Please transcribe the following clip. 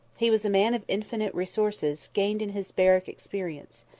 he was a man of infinite resources, gained in his barrack experience.